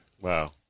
Wow